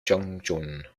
changchun